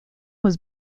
was